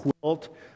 quilt